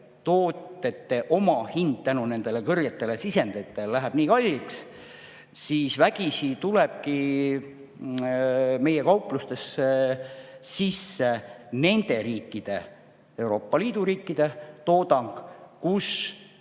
toodete omahind tänu nendele kallitele sisenditele läheb nii kalliks, siis vägisi tulebki meie kauplustesse sisse [teiste] riikide, Euroopa Liidu riikide toodang.